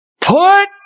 put